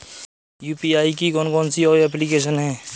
UPI की कौन कौन सी एप्लिकेशन हैं?